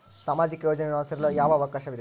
ಸಾಮಾಜಿಕ ಯೋಜನೆಯನ್ನು ನಾನು ಸೇರಲು ಅವಕಾಶವಿದೆಯಾ?